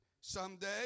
someday